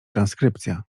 transkrypcja